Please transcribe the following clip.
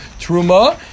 Truma